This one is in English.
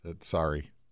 sorry